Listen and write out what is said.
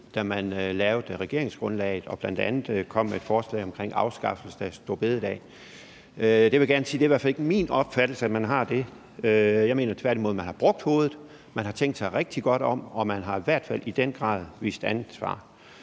da man lavede regeringsgrundlaget og bl.a. kom med forslaget omkring afskaffelsen af store bededag. Der vil jeg gerne sige, at det i hvert fald ikke er min opfattelse, at man har gjort det. Jeg mener tværtimod, at man har brugt hovedet, at man har tænkt sig rigtig godt om, og at man i hvert fald i den grad har vist ansvar.